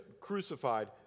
crucified